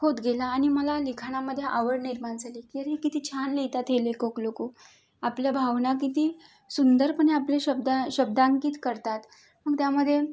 होत गेला आणि मला लिखाणामधे आवड निर्माण झाली की अरे किती छान लिहितात हे लेखक लोक आपल्या भावना किती सुंदरपणे आपले शब्दां शब्दांकित करतात मग त्यामधे